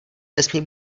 nesmí